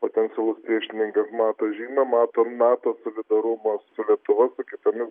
potencialus priešininkas mato žymę mato nato solidarumą su lietuva su kitomis